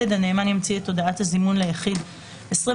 הנאמן ימציא את הודעת הזימון ליחיד 21